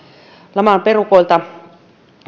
laman perukoilta